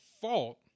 fault